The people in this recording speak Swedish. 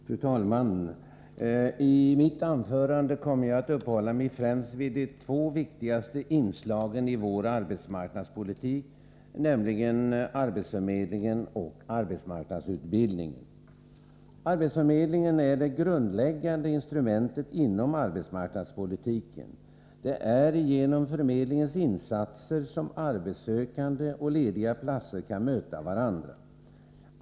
Fru talman! I mitt anförande kommer jag att uppehålla mig främst vid de två viktigaste inslagen i vår arbetsmarknadspolitik, nämligen arbetsförmedlingen och arbetsmarknadsutbildningen. Arbetsförmedlingen är det grundläggande instrumentet inom arbetsmarknadspolitiken. Det är genom förmedlingens insatser som arbetssökande och lediga platser kan möta varandra.